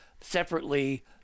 separately